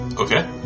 Okay